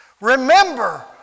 Remember